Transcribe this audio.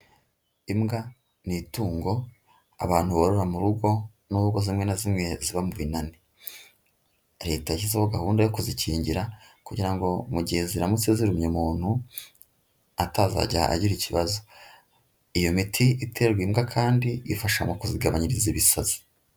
Imbwa ni itungo abantu borora mu rugo nubwo zimwe na zimwe ziba binani, Leta yashyizeho gahunda yo kuzikingira kugira ngo mu gihe ziramutse zirumye umuntu atazajya agira ikibazo, iyo miti iterwa imbwa kandi ifasha mu kuzigabanyiriza ibisazi.